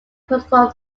perform